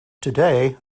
today